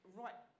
right